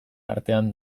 artean